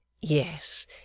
Yes